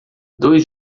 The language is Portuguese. dois